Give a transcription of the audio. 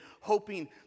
hoping